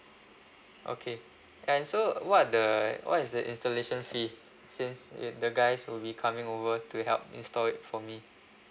okay and so what are the what is the installation fee since ya the guys will be coming over to help install it for me